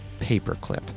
paperclip